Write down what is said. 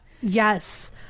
Yes